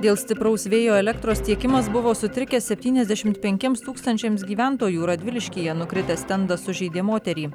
dėl stipraus vėjo elektros tiekimas buvo sutrikęs septyniasdešimt penkiams tūkstančiams gyventojų radviliškyje nukritęs stendas sužeidė moterį